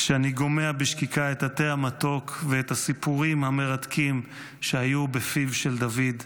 כשאני גומע בשקיקה את התה המתוק ואת הסיפורים המרתקים שהיו בפיו של דוד.